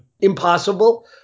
impossible